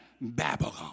Babylon